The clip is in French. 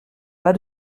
bas